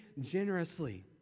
generously